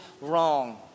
wrong